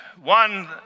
one